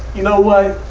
know what?